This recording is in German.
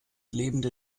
lebende